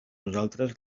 nosaltres